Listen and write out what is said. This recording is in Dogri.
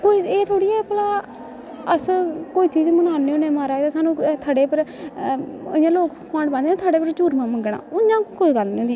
कोई एह् थोह्ड़ी ऐ भला अस कोई चीज मनाने होन्ने म्हाराज ते सानूं थड़े पर इ'यां लोग खुआन पांदे निं थड़े पर चूरमा मंग्गना ओह् इ'यां कोई गल्ल नेईं होंदी